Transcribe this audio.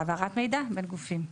העברת מידע בין גופים.